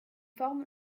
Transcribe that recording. forme